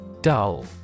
Dull